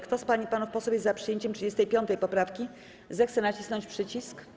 Kto z pań i panów posłów jest za przyjęciem 35. poprawki, zechce nacisnąć przycisk.